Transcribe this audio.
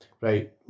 Right